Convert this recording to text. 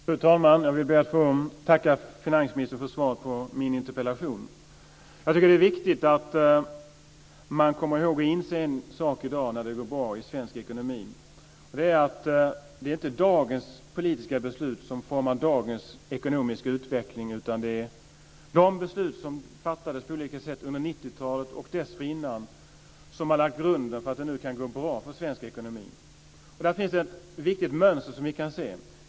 Fru talman! Jag ber att få tacka finansministern för svaret på min interpellation. Det är viktigt att man kommer ihåg och inser en sak i dag, när det går bra i svensk ekonomi. Det är att det inte är dagens politiska beslut som formar dagens ekonomiska utveckling, utan det är de beslut som fattades på olika sätt under 90-talet och dessförinnan som har lagt grunden för att det nu kan gå bra för svensk ekonomi. Det finns ett viktigt mönster som vi kan se.